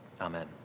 Amen